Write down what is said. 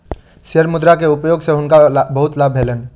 share मुद्रा के उपयोग सॅ हुनका बहुत लाभ भेलैन